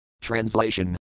Translation